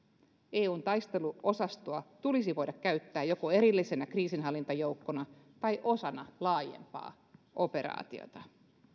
eun taisteluosastoa tulisi voida käyttää joko erillisenä kriisinhallintajoukkona tai osana laajempaa operaatiota